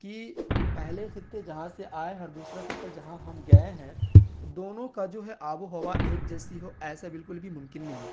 کہ پہلے خطے جہاں سے آئے ہیں اور دوسرا خطہ جہاں ہم گئے ہیں دونوں کا جو ہے آب و ہوا ایک جیسی ہو ایسا بالکل بھی ممکن نہیں ہے